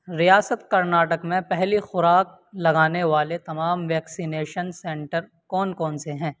ریاست کرناٹک میں پہلی خوراک لگانے والے تمام ویکسینیشن سنٹر کون کون سے ہیں